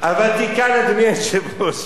הוותיקן, אדוני היושב-ראש,